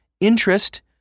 Interest